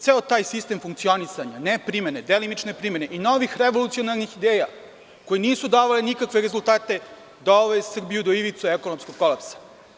Ceo taj sistem funkcionisanja, neprimene, delimične primene i novih revolucionarnih ideja koje nisu davale nikakve rezultate, doveo je Srbiju do ivice ekonomskog kolapsa.